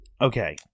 Okay